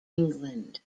england